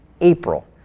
April